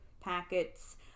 packets